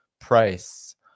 price